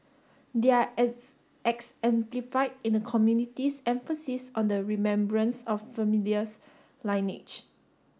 they are in the community's emphasis on the remembrance of familiars lineage